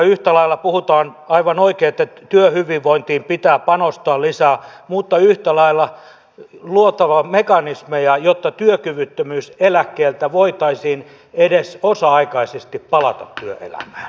yhtä lailla puhutaan aivan oikein että työhyvinvointiin pitää panostaa lisää mutta yhtä lailla on luotava mekanismeja jotta työkyvyttömyyseläkkeeltä voitaisiin edes osa aikaisesti palata työelämään